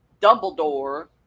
Dumbledore